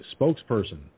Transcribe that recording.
spokesperson